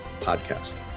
Podcast